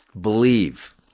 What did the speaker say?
believe